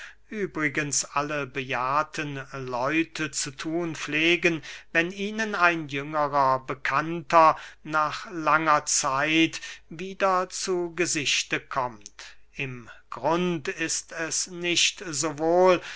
übrigens alle bejahrte leute zu thun pflegen wenn ihnen ein jüngerer bekannter nach langer zeit wieder zu gesichte kommt im grunde ist es nicht